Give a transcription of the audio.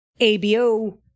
ABO